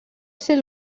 ser